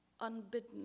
unbidden